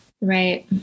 Right